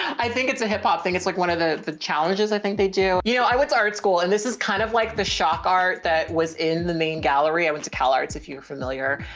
i think it's a hip hop thing. it's like one of the the challenges. i think they do. you know, i went to art school and this is kind of like the shock art that was in the main gallery. i went to cal arts, if you're familiar.